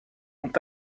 ont